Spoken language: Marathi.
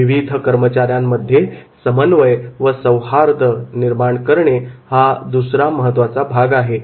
विविध कर्मचाऱ्यांमध्ये समन्वय व सौहार्द निर्माण करणे हा दुसरा महत्त्वाचा भाग आहे